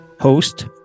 host